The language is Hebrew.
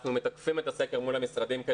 אנחנו מתקפים את הסקר מול המשרדים.